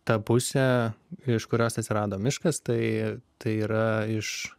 ta pusė iš kurios atsirado miškas tai tai yra iš